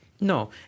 No